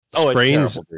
Sprains